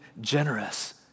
generous